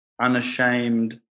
unashamed